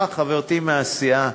אה, חברתי מהסיעה,